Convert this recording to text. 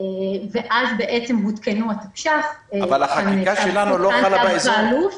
אז הותקנו התקש"ח --- אבל החקיקה שלנו לא חלה באזור.